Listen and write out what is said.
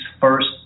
first